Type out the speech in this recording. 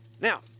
Now